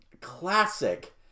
classic